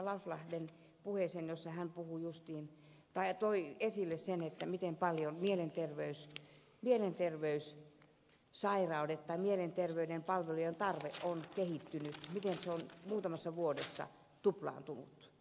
lauslahden puheeseen jossa hän toi esille sen miten paljon mielenterveyden palvelujen tarve on kehittynyt miten se on muutamassa vuodessa lähestulkoon tuplaantunut